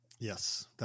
Yes